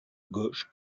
gauche